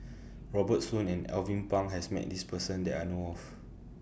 Robert Soon and Alvin Pang has Met This Person that I know of